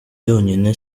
byonyine